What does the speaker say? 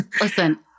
Listen